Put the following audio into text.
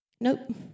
Nope